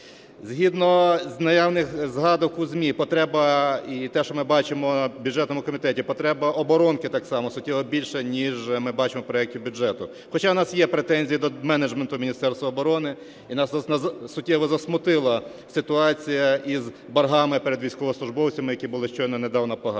Згідно наявних згадок у ЗМІ потреба, і те, що ми бачимо в бюджетному комітеті, потреба оборонки так само суттєво більша, ніж ми бачимо в проекті бюджету. Хоча у нас є претензії до менеджменту Міністерства оборони, і нас суттєво засмутила ситуація із боргами перед військовослужбовцями, які були щойно недавно погашені.